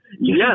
Yes